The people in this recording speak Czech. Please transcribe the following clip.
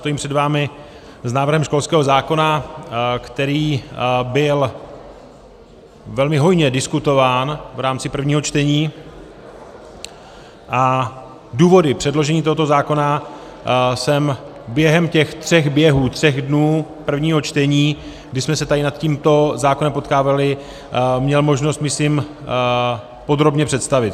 Stojím před vámi s návrhem školského zákona, který byl velmi hojně diskutován v rámci prvního čtení, a důvody předložení tohoto zákona jsem během těch tří běhů, tří dnů prvního čtení, kdy jsme se tady nad tímto zákonem potkávali, měl možnost myslím podrobně představit.